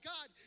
God